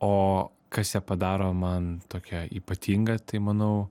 o kas ją padaro man tokią ypatingą tai manau